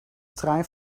trein